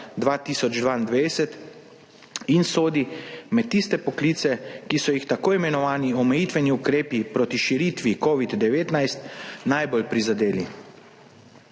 2022in sodi med tiste poklice, ki so jih tako imenovani omejitveni ukrepi proti širitvi covida-19 najbolj prizadeli.